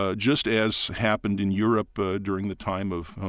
ah just as happened in europe ah during the time of, um